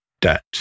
debt